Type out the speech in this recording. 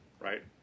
right